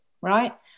right